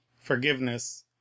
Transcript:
forgiveness